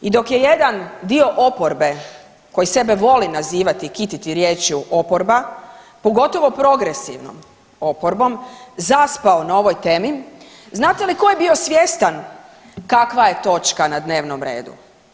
I dok je jedan dio oporbe koji sebe voli nazivati i kititi riječju oporba, pogotovo progresivno oporbom zaspao na ovoj temi znate li tko je bio svjestan kakva je točka na dnevnom redu?